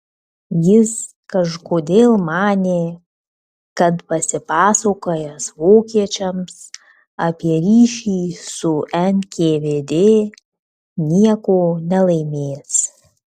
jis kažkodėl manė kad pasipasakojęs vokiečiams apie ryšį su nkvd nieko nelaimės